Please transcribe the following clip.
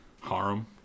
harem